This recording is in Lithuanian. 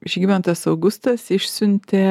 žygimantas augustas išsiuntė